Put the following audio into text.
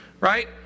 right